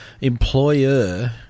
employer